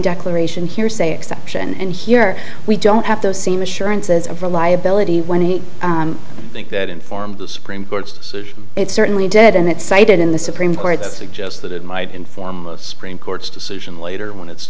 declaration hearsay exception and here we don't have those same assurances of reliability when he thinks that informs the supreme court's decision it certainly did and that cited in the supreme court suggest that it might inform the supreme court's decision later when it's